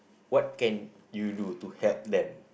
what can you do to help them